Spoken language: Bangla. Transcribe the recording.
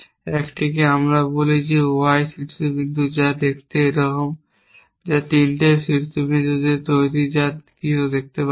একটিকে আমরা বলি Y শীর্ষবিন্দু যা দেখতে এইরকম যা 3টি শীর্ষবিন্দু দিয়ে তৈরি যা কিছু দেখতে পাচ্ছে